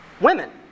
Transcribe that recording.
women